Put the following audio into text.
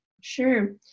Sure